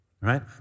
right